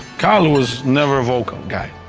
kyle was never a vocal guy.